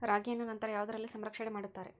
ರಾಗಿಯನ್ನು ನಂತರ ಯಾವುದರಲ್ಲಿ ಸಂರಕ್ಷಣೆ ಮಾಡುತ್ತಾರೆ?